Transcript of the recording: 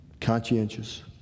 conscientious